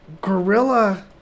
gorilla